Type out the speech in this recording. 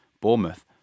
Bournemouth